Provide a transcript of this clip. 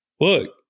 look